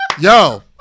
yo